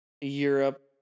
Europe